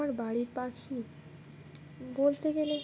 আমার বাড়ির পাখি বলতে গেলে